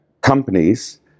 companies